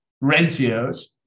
rentiers